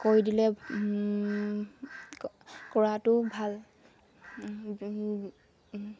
কৰি দিলে কৰাটো ভাল